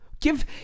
Give